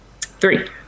Three